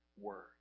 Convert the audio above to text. Word